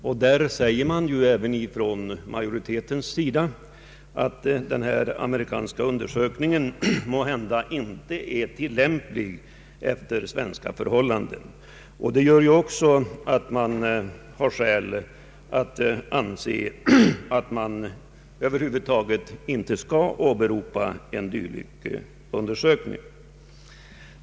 Därvidlag säger även majoriteten att denna amerikanska undersökning kanske inte är tillämplig på svenska förhållanden. Detta gör att vi anser oss ha skäl att tycka att man över huvud taget inte skall åberopa en dylik undersökning.